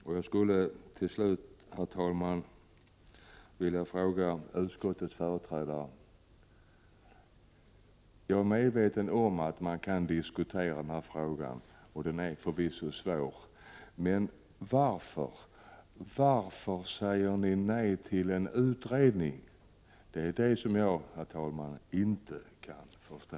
Till slut, herr talman, vill jag ställa en fråga till utskottets företrädare: Jag är medveten om att man kan diskutera detta, som förvisso är svårt, men varför säger ni nej till en utredning? Det kan jag inte förstå.